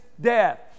death